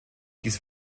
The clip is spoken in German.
dies